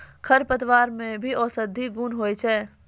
खरपतवार मे भी औषद्धि गुण होय छै